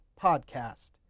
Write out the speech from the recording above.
podcast